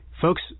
Folks